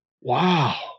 Wow